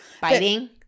Biting